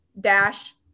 dash